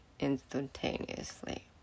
instantaneously